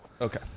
Okay